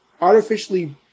artificially